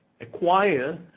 acquire